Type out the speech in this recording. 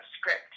script